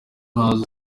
nazo